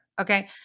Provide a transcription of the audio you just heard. Okay